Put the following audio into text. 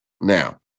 Now